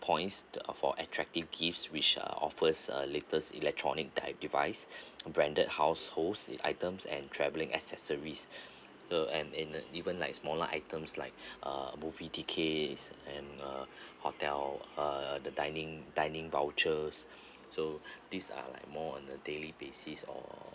points for attractive gifts which uh offers latest electronic type of device branded households the items and travelling accessories uh and and even like smaller items like uh movie tickets and uh hotel uh the dining dining vouchers so these are like more on a daily basis or